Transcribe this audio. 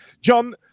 John